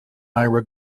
ira